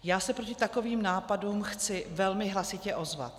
Já se proti takovým nápadům chci velmi hlasitě ozvat.